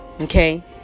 okay